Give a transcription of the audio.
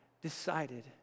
decided